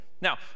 Now